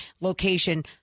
location